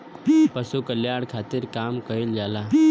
पशु कल्याण खातिर काम कइल जाला